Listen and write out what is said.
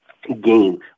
Game